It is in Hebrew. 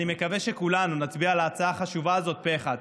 אני מקווה שכולנו נצביע על ההצעה החשובה הזאת פה אחד.